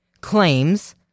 claims